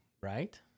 right